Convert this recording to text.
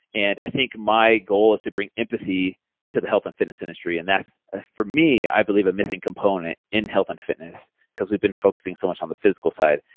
and i think my goal is to bring empathy to the health and fitness industry. and that ah for me, i believe a missing component in health and fitness because we've been focusing so much on the physical side.